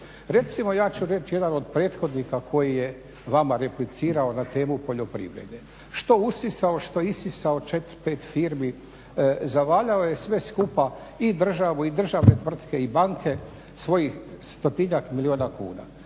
Recimo ja ću reći od prethodnika koji je vama replicirao na temu poljoprivrede što usisao, što isisao 4, 5 firmi, zavaljao je sve skupa i državu i državne tvrtke i banke svojih stotinjak milijuna kuna.